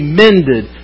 mended